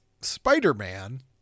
Spider-Man